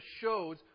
shows